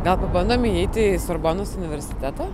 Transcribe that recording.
gal pabandome įeiti į sorbonos universitetą